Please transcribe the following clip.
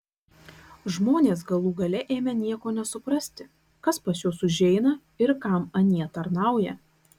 žmonės galų gale ėmė nieko nesuprasti kas pas juos užeina ir kam anie tarnauja